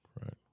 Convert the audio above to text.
right